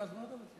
אז מה אתה מציע?